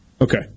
Okay